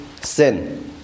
sin